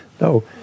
No